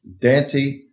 Dante